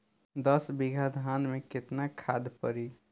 दस बिघा धान मे केतना खाद परी?